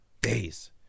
days